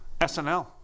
SNL